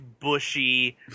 bushy